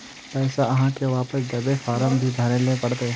पैसा आहाँ के वापस दबे ते फारम भी भरें ले पड़ते?